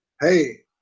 Hey